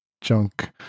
junk